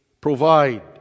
provide